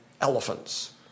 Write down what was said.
elephants